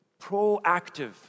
proactive